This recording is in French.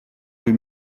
rue